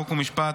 חוק ומשפט,